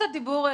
שאתה בא ואומר,